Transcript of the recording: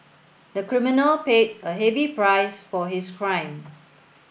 the criminal paid a heavy price for his crime